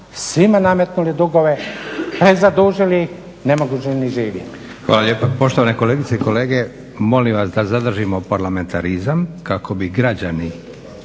svima nametnuli dugove, prezadužili ih, ne mogu ni živjeti.